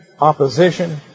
opposition